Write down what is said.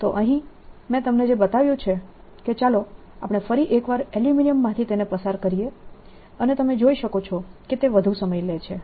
તો અહીં મેં તમને જે બતાવ્યું છે કે ચાલો આપણે ફરી એક વાર એલ્યુમિનિયમ માંથી તેને પસાર કરીએ અને તમે જોઈ શકો છો કે તે વધુ સમય લે છે